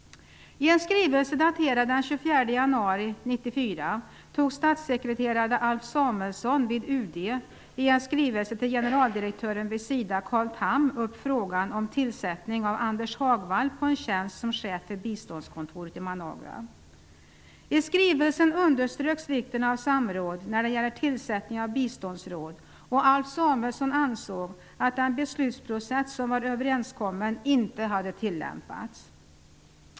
Tham, daterad den 24 januari 1994, tog statssekreterare Alf Samuelsson upp frågan om tillsättning av Anders Hagwall på en tjänst som chef för biståndskontoret i Managua. I skrivelsen underströks vikten av samråd när det gäller tillsättning av biståndsråd, och Alf Samuelsson ansåg att den beslutsprocess som var överenskommen inte hade tillämpats.